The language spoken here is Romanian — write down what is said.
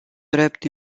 drept